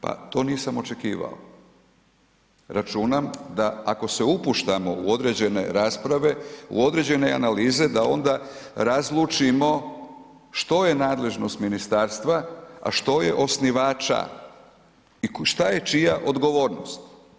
Pa to nisam očekivao, računam da ako se upuštamo u određen rasprave u određene analize da onda razlučimo što je nadležnost ministarstva, a što je osnivača i šta je čija odgovornost.